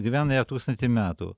gyvena jau tūkstantį metų